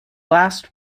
last